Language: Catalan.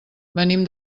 venim